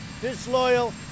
disloyal